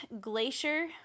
Glacier